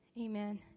Amen